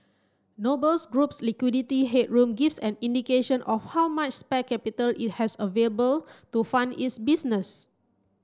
Nobles Group's liquidity headroom gives an indication of how much spare capital it has available to fund its business